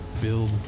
Build